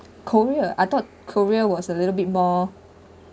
korea I thought korea was a little bit more